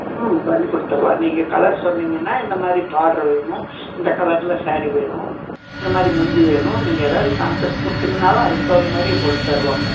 ம்ம் பண்ணி கொடுத்தர்ளாம் நீங்கள் கலர் சொன்னிங்கன்னா இந்த மாரி பார்டர் வேணும் இந்த கலரில் சாரீ வேணும் இந்த மாதிரி முந்தி வேணும் நீங்கள் ஏதாவது கான்சப்ட் கொடுத்திங்கனாலும் அதுக்கு தகுந்த மாதிரி போட்டு தருவோங்க